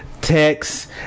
text